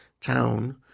town